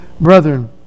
brethren